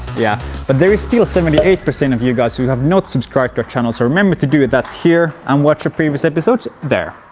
yeah but there is still seventy eight percent of you guys who have not subscribed to our channel so remember to do that here! and watch the previous episodes there!